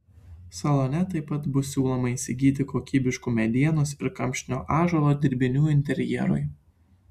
salone taip pat bus siūloma įsigyti kokybiškų medienos ir kamštinio ąžuolo dirbinių interjerui